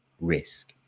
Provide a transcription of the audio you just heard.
risk